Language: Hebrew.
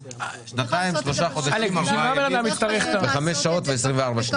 שהוא שנתיים ושלושה חודשים וחמש שעות ו-24 שניות.